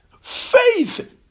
Faith